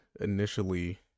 initially